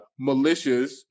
militias